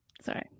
sorry